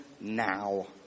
now